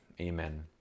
Amen